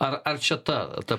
ar ar čia ta ta